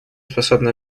способно